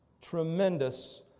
tremendous